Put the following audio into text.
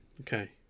okay